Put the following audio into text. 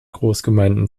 großgemeinden